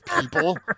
people